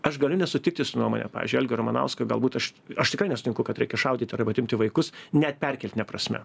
aš galiu nesutikti su nuomone pavyzdžiui algio ramanausko galbūt aš aš tikrai nesutinku kad reikia šaudyti arba atimti vaikus net perkeltine prasme